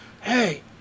Hey